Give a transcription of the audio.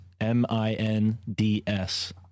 M-I-N-D-S